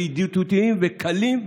ידידותיים וקלים,